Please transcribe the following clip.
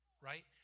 right